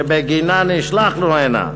שבגינה נשלחנו הנה,